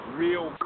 real